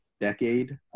decade